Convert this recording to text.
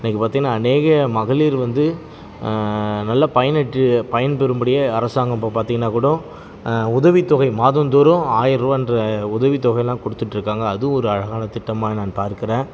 இன்னைக்கு பார்த்திங்கன்னா அநேக மகளிர் வந்து நல்ல பயனற்று பயன்பெறும்படியாக அரசாங்கம் இப்போ பார்த்திங்கன்னா கூட உதவி தொகை மாதம்தோறும் ஆயர்வா என்ற உதவி தொகையெல்லாம் கொடுத்துட்டுருக்காங்க அது ஒரு அழகான திட்டமாக நான் பார்க்குறேன்